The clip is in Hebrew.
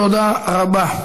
תודה רבה.